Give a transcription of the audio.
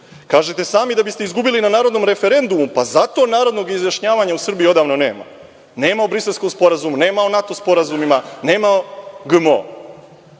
Kažete sami da biste izgubili na narodnom referendumu pa zato narodnog izjašnjavanja u Srbiji odavno nema. Nema u Briselskom sporazumu, nema o NATO sporazumima, nema o GMO.Zar